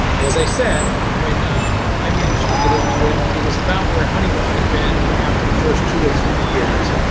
as i said, when i managed to get into it, it was about where honeywell had been after the first two or three years,